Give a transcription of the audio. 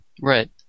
Right